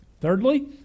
Thirdly